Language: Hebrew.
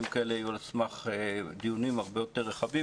כאלה יהיו על סמך דיונים הרבה יותר רחבים,